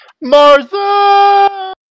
Martha